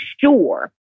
sure